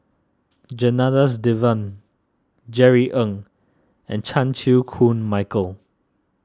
Janadas Devan Jerry Ng and Chan Chew Koon Michael